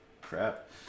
crap